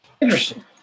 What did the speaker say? Interesting